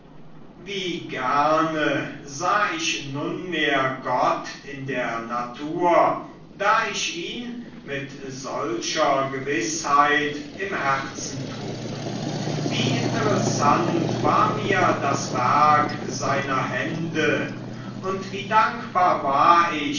wie gerne sah ich nunmehr gott in der natur da ich ihn mit solcher gewißheit im herzen trug wie interessant war mir das werk seiner hände und wie dankbar war